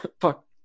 fuck